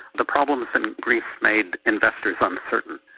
the problems in greece made investors uncertain.